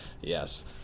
Yes